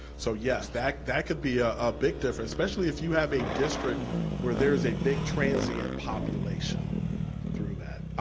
so yes, that that could be ah a big difference, especially if you have a district where there is a big transient population through that.